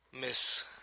Miss